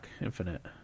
Infinite